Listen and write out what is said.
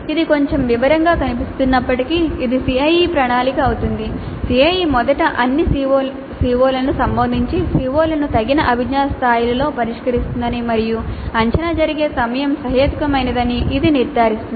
ఇది కొంచెం వివరంగా కనిపిస్తున్నప్పటికీ ఇది CIE ప్రణాళిక అవుతుంది CIE మొదట అన్ని CO లను సంబోధించి CO లను తగిన అభిజ్ఞా స్థాయిలలో పరిష్కరిస్తుందని మరియు అంచనా జరిగే సమయం సహేతుకమైనదని ఇది నిర్ధారిస్తుంది